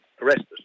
arrested